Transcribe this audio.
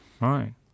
right